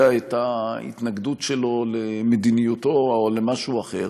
את ההתנגדות שלו למדיניותו או למשהו אחר,